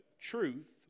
truth